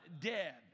dead